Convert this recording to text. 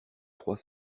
trois